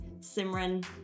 Simran